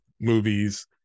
movies